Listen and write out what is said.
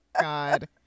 God